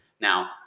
Now